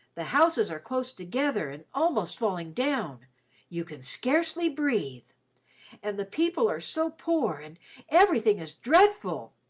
the houses are close together, and almost falling down you can scarcely breathe and the people are so poor, and everything is dreadful!